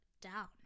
down